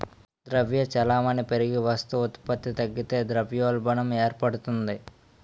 ద్రవ్య చలామణి పెరిగి వస్తు ఉత్పత్తి తగ్గితే ద్రవ్యోల్బణం ఏర్పడుతుంది